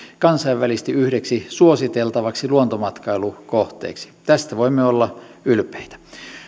kansainvälisesti yhdeksi suositeltavaksi luontomatkailukohteeksi tästä voimme olla ylpeitä